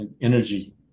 energy